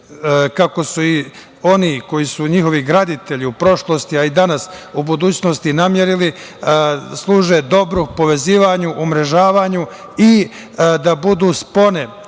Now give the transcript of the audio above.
kako su ih oni koji su njihovi graditelji u prošlosti, a i danas u budućnosti namerili, služe dobrom povezivanju, umrežavanju i da budu spone